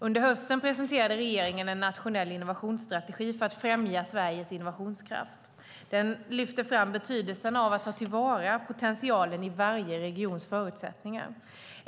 Under hösten presenterade regeringen en nationell innovationsstrategi för att främja Sveriges innovationskraft. Den lyfter fram betydelsen av att ta till vara potentialen i varje regions förutsättningar.